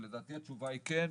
ולדעתי התשובה היא כן,